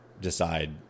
decide